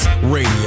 Radio